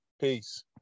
Peace